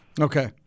Okay